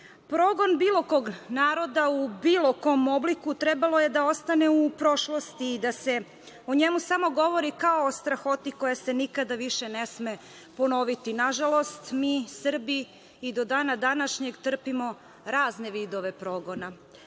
počast. Progon bilo kog naroda u bilo kom obliku trebalo je da ostane u prošlosti i da se o njemu samo govori kao o strahoti koja se nikada više ne sme ponoviti. Nažalost, mi Srbi i do dana današnjeg trpimo razne vidove progona.